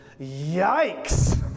Yikes